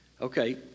okay